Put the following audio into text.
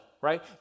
right